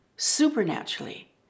supernaturally